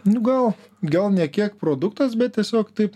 nu gal gal ne kiek produktas bet tiesiog taip